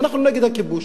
אנחנו נגד הכיבוש,